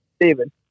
David